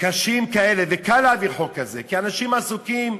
קשים כאלה, וקל להעביר חוק כזה, כי אנשים עסוקים.